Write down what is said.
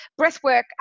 breathwork